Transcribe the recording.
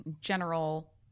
general